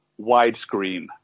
widescreen